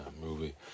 movie